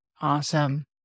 Awesome